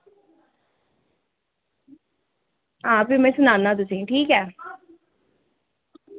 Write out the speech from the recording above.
आं भी में सनाना तुसेंगी ठीक ऐ